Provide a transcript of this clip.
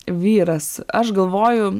vyras aš galvoju